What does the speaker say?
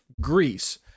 Greece